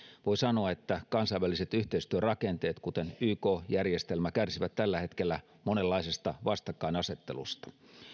voi sanoa että kansainväliset yhteistyörakenteet kuten yk järjestelmä kärsivät tällä hetkellä monenlaisesta vastakkainasettelusta